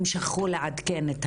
הם שכחו לעדכן את